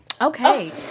Okay